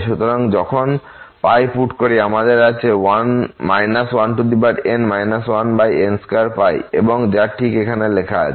সুতরাং যখন পুট করি আমাদের আছে 1n 1n2 এবং যা ঠিক এখানে লেখা আছে